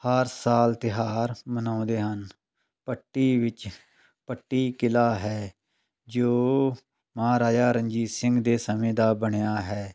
ਹਰ ਸਾਲ ਤਿਉਹਾਰ ਮਨਾਉਂਦੇ ਹਨ ਪੱਟੀ ਵਿੱਚ ਪੱਟੀ ਕਿਲ੍ਹਾ ਹੈ ਜੋ ਮਹਾਰਾਜਾ ਰਣਜੀਤ ਸਿੰਘ ਦੇ ਸਮੇਂ ਦਾ ਬਣਿਆ ਹੈ